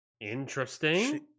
Interesting